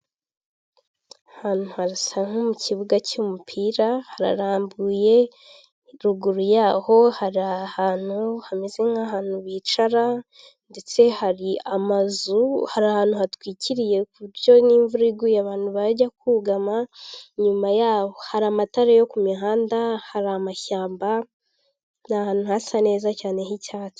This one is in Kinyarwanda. Ahantu harasa nko mu kibuga cy'umupira harambuye, ruguru y'aho hari ahantu hameze nk'ahantu bicara ndetse hari amazu, hari ahantu hatwikiriye ku buryo n'imvura iguye abantu bajya kugama, inyuma y'aho hari amatara yo ku mihanda, hari amashyamba ni ahantu hasa neza cyane h'icyatsi.